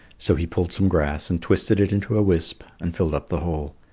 so he pulled some grass and twisted it into a wisp and filled up the hole.